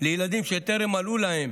לילדים שטרם מלאו להם